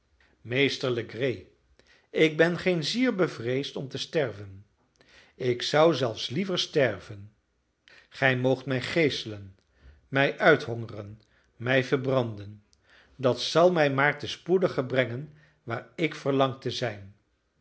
legree ik ben geen zier bevreesd om te sterven ik zou zelfs liever sterven gij moogt mij geeselen mij uithongeren mij verbranden dat zal mij maar te spoediger brengen waar ik verlang te zijn